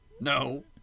No